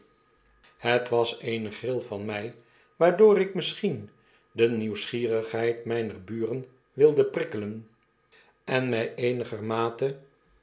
het was eene gril van mij waardoor ik misschien de nieuwsgierigheid myner buren wilde prikkelen en my